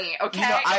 okay